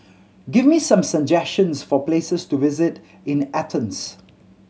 give me some suggestions for places to visit in Athens